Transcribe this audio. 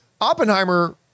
Oppenheimer